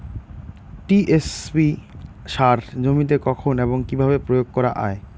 TSP সার জমিতে কখন এবং কিভাবে প্রয়োগ করা য়ায়?